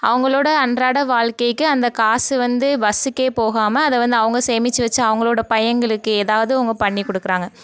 அவங்களோட அன்றாட வாழ்க்கைக்கி அந்த காசு வந்து பஸ்ஸூக்கே போகாமல் அதை வந்து அவங்க சேமிச்சு வச்சு அவங்களோட பையங்களுக்கு எதாவது அவங்க பண்ணிக்கொடுக்குறாங்க